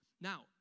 Now